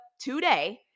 today